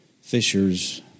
fishers